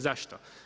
Zašto?